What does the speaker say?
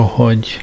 hogy